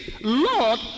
Lord